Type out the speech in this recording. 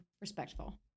Respectful